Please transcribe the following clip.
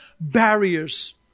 barriers